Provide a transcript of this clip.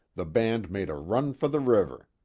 the band made a run for the river.